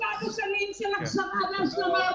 תנסה לעשות אותה כמה שיותר בקצרה כי אנחנו מאוד מוגבלים בזמן בגלל